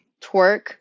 twerk